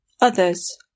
Others